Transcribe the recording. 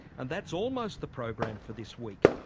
and that's almost the program for this week.